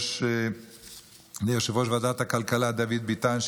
ליושב-ראש ועדת הכלכלה דוד ביטן,